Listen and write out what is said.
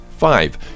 Five